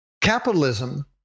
Capitalism